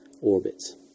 orbits